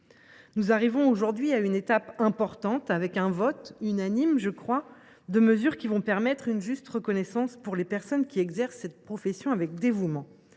Nous arrivons aujourd’hui à une étape importante avec le vote, que j’espère unanime, de mesures qui permettront une juste reconnaissance pour les personnes exerçant cette profession avec dévouement.